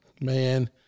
Man